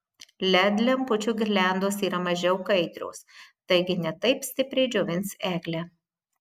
led lempučių girliandos yra mažiau kaitrios taigi ne taip stipriai džiovins eglę